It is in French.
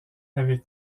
avec